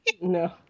No